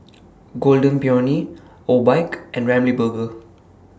Golden Peony Obike and Ramly Burger